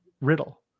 Riddle